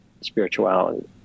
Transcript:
spirituality